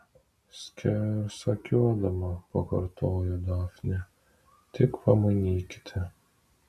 skersakiuodama pakartojo dafnė tik pamanykite